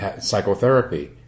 psychotherapy